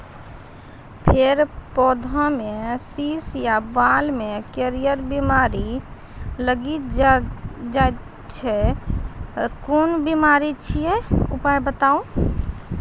फेर पौधामें शीश या बाल मे करियर बिमारी लागि जाति छै कून बिमारी छियै, उपाय बताऊ?